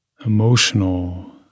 emotional